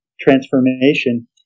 transformation